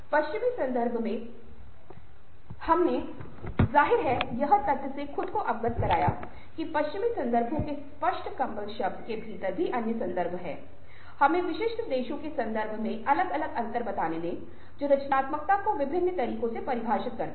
पश्चिमी संदर्भ के बारे में बात करके हम जाहिर है इस तथ्य से खुद को अवगत कराएं कि पश्चिमी संदर्भों के स्पष्ट कंबल शब्द के भीतर भी अन्य संदर्भ हैं हमें विशिष्ट देशों के संदर्भ में अलग अलग अंतर बताने दें जो रचनात्मकता को विभिन्न तरीकों से परिभाषित करते हैं